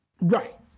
Right